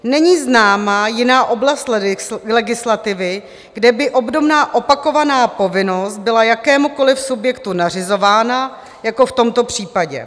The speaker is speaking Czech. Není známa jiná oblast legislativy, kde by obdobná opakovaná povinnost byla jakémukoliv subjektu nařizována jako v tomto případě.